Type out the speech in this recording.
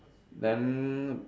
then